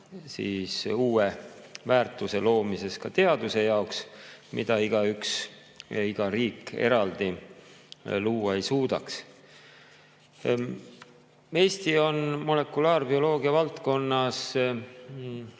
uue väärtuse loomises ka teaduse jaoks, mida igaüks ja iga riik eraldi luua ei suudaks. Eesti on molekulaarbioloogia valdkonnas